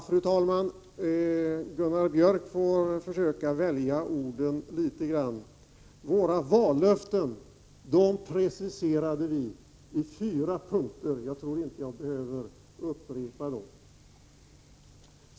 Fru talman! Gunnar Björk i Gävle får försöka välja orden en smula. Våra vallöften var preciserade i fyra punkter — jag tror inte jag behöver upprepa dem.